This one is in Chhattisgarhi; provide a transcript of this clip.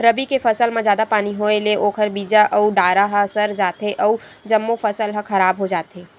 रबी के फसल म जादा पानी होए ले ओखर बीजा अउ डारा ह सर जाथे अउ जम्मो फसल ह खराब हो जाथे